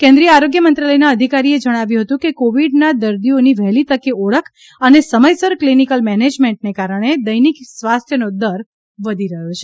કેન્દ્રીય આરોગ્ય મંત્રાલયના અધિકારીએ જણાવ્યું હતું કે કોવિડનાં દર્દીઓની વહેલી તકે ઓળખ અને સમયસર ક્લિનિકલ મેનેજમેન્ટને કારણે દૈનિક સ્વાસ્થ્યનો દર વધી રહ્યો છે